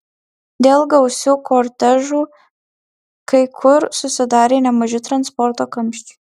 dėl gausių kortežų kai kur susidarė nemaži transporto kamščiai